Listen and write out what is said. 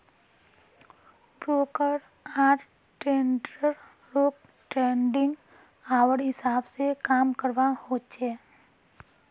broker आर ट्रेडररोक trading hour हिसाब से काम करवा होचे